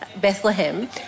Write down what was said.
Bethlehem